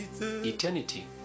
eternity